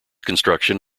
construction